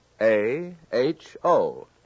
A-H-O